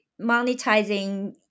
monetizing